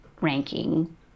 ranking